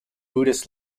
buddhist